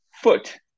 foot